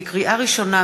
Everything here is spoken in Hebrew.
לקריאה ראשונה,